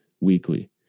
weekly